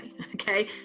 okay